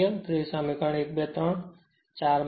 તેથી સમીકરણ 1 2 3 4 માંથી